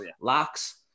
Locks